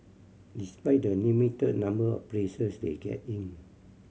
despite the limited number of places they get in